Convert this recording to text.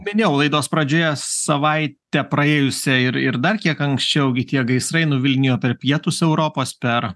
minėjau laidos pradžioje savaitę praėjusią ir ir dar kiek anksčiau gi tie gaisrai nuvilnijo per pietus europos per